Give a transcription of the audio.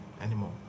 anymore